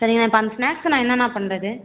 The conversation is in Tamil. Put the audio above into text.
சரிங்கண்ணா இப்போ அந்த ஸ்நாக்ஸை நான் என்னண்ணா பண்ணுறது